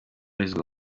kw’ijana